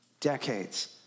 decades